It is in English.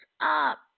up